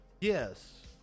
Yes